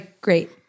great